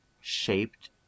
shaped